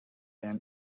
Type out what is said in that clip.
van